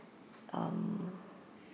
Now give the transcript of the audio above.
um